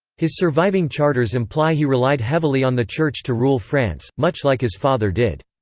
his surviving charters imply he relied heavily on the church to rule france, much like his father did.